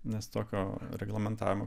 nes tokio reglamentavimo